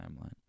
timeline